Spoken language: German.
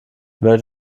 wählt